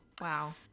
Wow